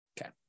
Okay